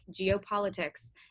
geopolitics